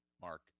Mark